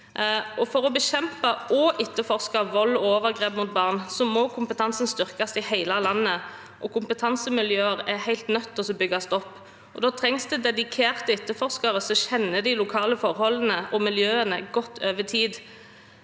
For å bekjempe og etterforske vold og overgrep mot barn må kompetansen styrkes i hele landet, og det er helt nødvendig å bygge opp kompetansemiljøer. Da trengs det dedikerte etterforskere som kjenner de lokale forholdene og miljøene godt over tid,